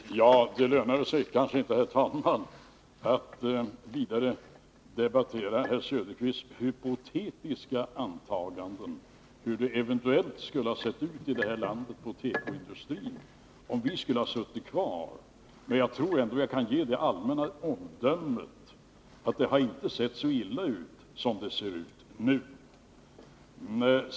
Herr talman! Det lönar sig kanske inte att vidare debattera Oswald Söderqvists hypotetiska antaganden, hur det eventuellt skulle ha sett ut i landet inom tekoindustrin om vi hade suttit kvar. Jag tror ändå att jag kan fälla det allmänna omdömet att det inte hade sett så illa ut som det gör nu.